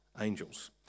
angels